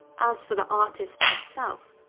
as for the artist himself,